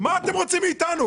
מה אתם רוצים מאיתנו?